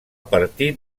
partit